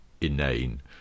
inane